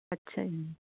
ਅੱਛਾ ਜੀ